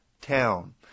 town